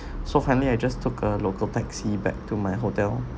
so finally I just took a local taxi back to my hotel